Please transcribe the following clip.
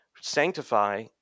sanctify